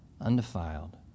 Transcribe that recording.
undefiled